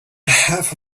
have